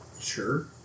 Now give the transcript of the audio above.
Sure